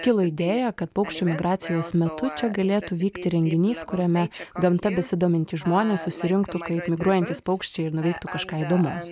kilo idėja kad paukščių migracijos metu čia galėtų vykti renginys kuriame gamta besidomintys žmonės susirinktų kaip migruojantys paukščiai ir nuveiktų kažką įdomaus